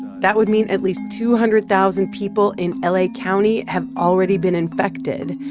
that would mean at least two hundred thousand people in la county have already been infected.